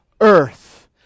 earth